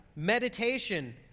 meditation